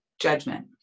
Judgment